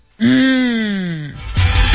Mmm